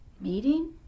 meeting